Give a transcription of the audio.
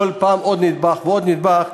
כל פעם עוד נדבך ועוד נדבך,